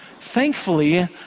Thankfully